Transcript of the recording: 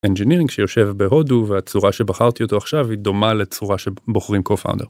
אינג'ינג שיושב בהודו והצורה שבחרתי אותו עכשיו היא דומה לצורה שבוחרים קופאונדר.